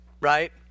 right